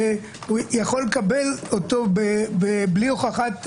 יכול לקבל אותו בלי הוכחת